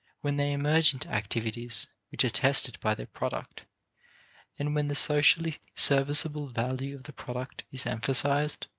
when they emerge into activities which are tested by their product and when the socially serviceable value of the product is emphasized,